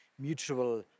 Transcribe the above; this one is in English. mutual